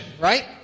right